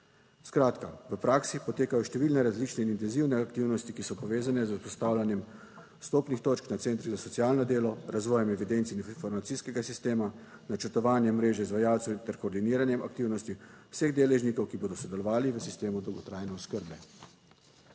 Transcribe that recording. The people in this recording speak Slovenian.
Skratka, v praksi potekajo številne različne intenzivne aktivnosti, ki so povezane z vzpostavljanjem vstopnih točk na Centrih za socialno delo, razvojem evidenc in informacijskega sistema, načrtovanje mreže izvajalcev ter koordiniranjem aktivnosti vseh deležnikov, ki bodo sodelovali v sistemu dolgotrajne oskrbe.